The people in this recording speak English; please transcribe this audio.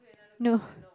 no